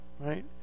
Right